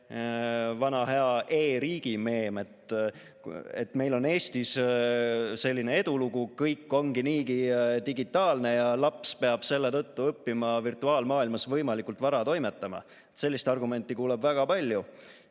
vana hea e-riigi meem, et meil on Eestis selline edulugu, kõik on niigi digitaalne ja laps peab selle tõttu õppima virtuaalmaailmas võimalikult vara toimetama. Sellist argumenti kuuleb väga palju.